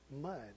mud